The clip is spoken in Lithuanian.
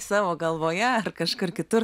savo galvoje kažkur kitur